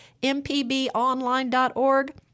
mpbonline.org